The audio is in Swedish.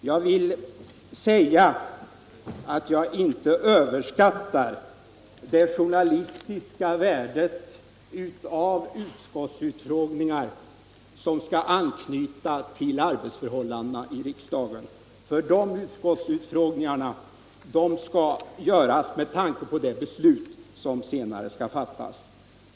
Jag överskattar inte det journalistiska värdet av utskottsutfrågningar som skall anknyta till arbetsförhållandena i riksdagen, för de utfrågningarna skall göras med tanke på de beslut som senare skall fattas.